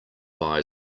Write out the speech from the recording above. buy